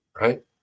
right